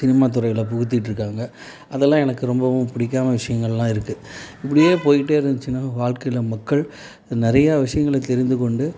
cinema துறையில் புகுத்திகிட்டு இருக்காங்க அதெல்லாம் எனக்கு ரொம்பவும் பிடிக்காம விஷங்களெலாம் இருக்குது இப்படியே போய்க்கிட்டே இருந்துச்சுனால் வாழ்க்கையில மக்கள் நிறைய விஷயங்களை தெரிந்துக்கொண்டு